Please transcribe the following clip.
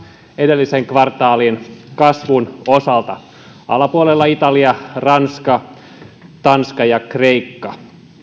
edellisen kvartaalin kasvun osalta alapuolella ovat vain italia ranska tanska ja kreikka